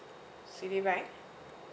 Citibank